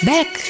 Back